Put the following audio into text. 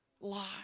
lie